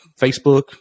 Facebook